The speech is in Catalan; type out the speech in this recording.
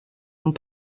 amb